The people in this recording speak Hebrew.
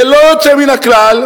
ללא יוצא מהכלל,